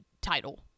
title